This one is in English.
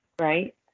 Right